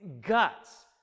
guts